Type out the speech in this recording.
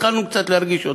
והתחלנו קצת להרגיש אותה.